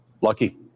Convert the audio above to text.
lucky